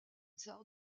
tsar